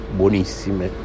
buonissime